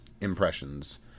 impressions